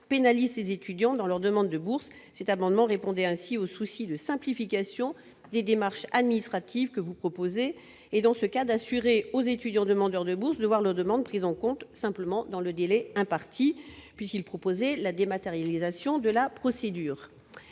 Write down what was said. pénalise ses étudiants dans leurs demandes de bourse c'est amendement répondait ainsi au souci de simplification des démarches administratives que vous proposez et dans ce cas d'assurer aux étudiants, demandeurs de bourse de voir leur demande prise en compte simplement dans le délai imparti, puisqu'il propose la dématérialisation de la procédure